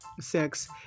sex